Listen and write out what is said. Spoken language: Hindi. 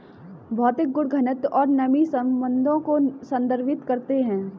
भौतिक गुण घनत्व और नमी संबंधों को संदर्भित करते हैं